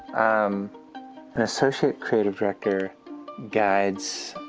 um an associate creative director guides,